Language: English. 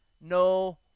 no